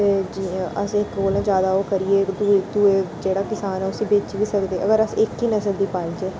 ते अस इक कोला ज्यादा ओह् करियै इक दुए दुए जेह्ड़ा कसान ऐ उसी बेची बी सकदे अगर अस इक ई नसल दी पालचै